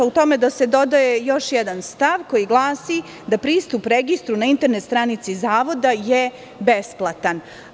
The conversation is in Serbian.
U tome da se dodaje još jedan stav koji glasi – da pristup registru na internet stranici Zavoda je besplatan.